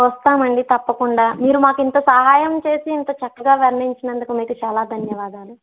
వస్తాము అండి తప్పకుండా మీరు మాకు ఇంత సహాయం చేసి ఇంత చక్కగా వర్ణించినందుకు మీకు చాలా ధన్యవాదాలు